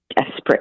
desperate